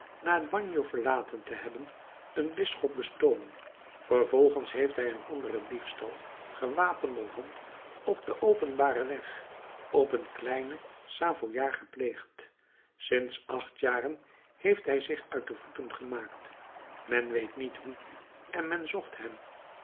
na het bagno verlaten te hebben een bisschop bestolen vervolgens heeft hij een anderen diefstal gewapenderhand op den openbaren weg op een kleinen savoyaard gepleegd sinds acht jaren heeft hij zich uit de voeten gemaakt men weet niet hoe en men zocht hem